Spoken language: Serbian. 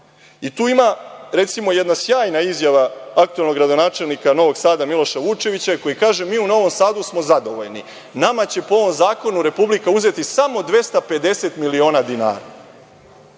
Tu ima, recimo, jedna sjajna izjava aktuelnog gradonačelnika Novog Sada Miloša Vučevića, koji kaže: „Mi u Novom Sadu smo zadovoljni. Nama će, po ovom zakonu, Republika uzeti samo 250 miliona dinara.“